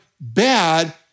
bad